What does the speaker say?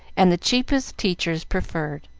and the cheapest teachers preferred.